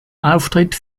auftritt